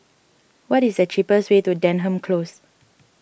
what is the cheapest way to Denham Close